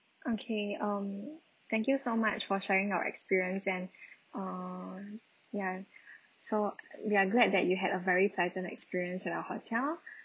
okay um thank you so much for sharing your experience and uh ya so we are glad that you had a very pleasant experience at our hotel